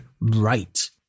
right